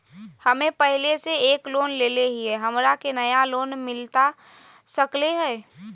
हमे पहले से एक लोन लेले हियई, हमरा के नया लोन मिलता सकले हई?